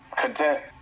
content